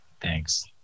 Thanks